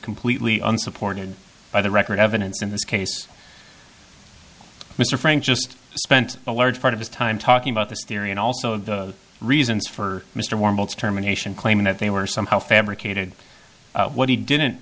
completely unsupported by the record evidence in this case mr frank just spent a large part of his time talking about this theory and also the reasons for mr warbles terminations claiming that they were somehow fabricated what he didn't